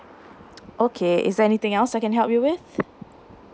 okay is there anything else I can help you with